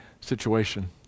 situation